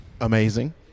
Amazing